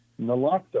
naloxone